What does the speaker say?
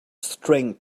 string